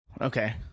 Okay